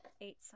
eight